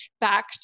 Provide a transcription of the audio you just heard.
back